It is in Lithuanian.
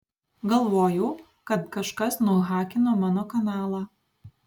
galvojau kad kažkas nuhakino mano kanalą